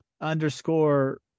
underscore